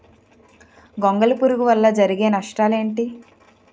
గొంగళి పురుగు వల్ల జరిగే నష్టాలేంటి?